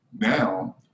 Now